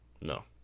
No